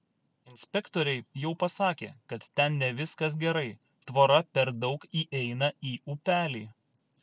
inspektoriai jau pasakė kad ten ne viskas gerai tvora per daug įeina į upelį